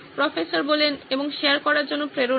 professor এবং share করার জন্য প্রেরণা